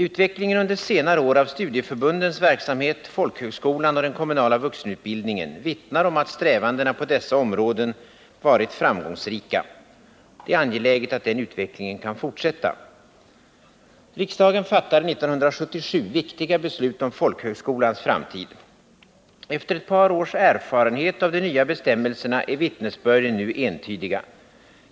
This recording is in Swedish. Utvecklingen under senare år av studieförbundens verksamhet, folkhögskolan och den kommunala vuxenutbildningen vittnar om att strävandena på dessa områden varit framgångsrika. Det är angeläget att den utvecklingen kan fortsätta. Riksdagen fattade 1977 viktiga beslut om folkhögskolans framtid. Efter ett par års erfarenhet av de nya bestämmelserna är vittnesbörden nu entydiga.